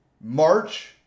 march